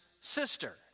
sister